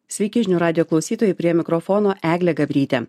sveiki žinių radijo klausytojai prie mikrofono eglė gabrytė